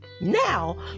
Now